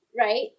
right